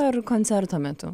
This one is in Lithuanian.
ar koncerto metu